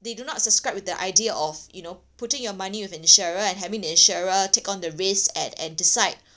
they do not subscribe with the idea of you know putting your money with an insurer and having the insurer take on the risk a~ and decide